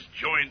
joined